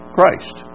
Christ